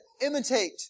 imitate